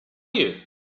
you